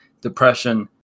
Depression